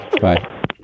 Bye